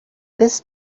this